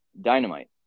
dynamite